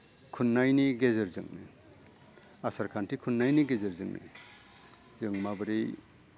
खुन्नायनि गेजेरजों आसार खान्थि खुन्नायनि गेजेरजोंनो जों माबोरै